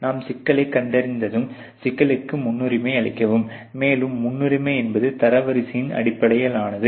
நாம் சிக்கலைக் கண்டறிந்ததும் சிக்கலுக்கு முன்னுரிமை அளிக்கவும் மேலும் முன்னுரிமை என்பது தரவரிசையின் அடிப்படையிலானது